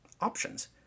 options